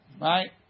right